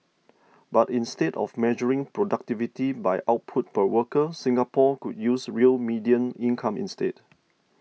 but instead of measuring productivity by output per worker Singapore could use real median income instead